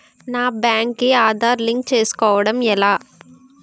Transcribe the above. నా బ్యాంక్ కి ఆధార్ లింక్ చేసుకోవడం ఎలా?